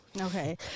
Okay